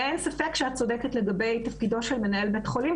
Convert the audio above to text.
אין ספק שאת צודקת לגבי תפקידו של מנהל בית חולים,